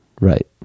Right